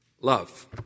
love